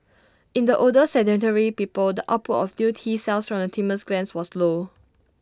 in the older sedentary people the output of new T cells from the thymus glands was low